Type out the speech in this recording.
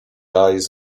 eyes